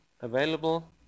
available